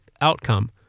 outcome